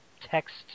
text